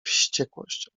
wściekłością